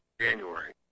January